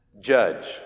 judge